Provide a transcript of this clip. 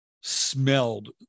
smelled